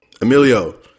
emilio